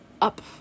up